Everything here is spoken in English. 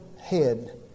head